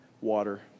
water